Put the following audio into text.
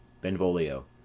Benvolio